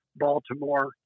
Baltimore